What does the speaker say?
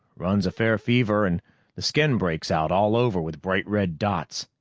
runs a fair fever, and the skin breaks out all over with bright red dots.